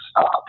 stop